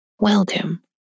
welcome